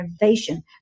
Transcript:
Innovation